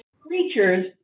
creatures